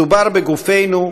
מדובר בגופנו ובבריאותנו,